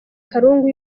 karungu